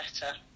better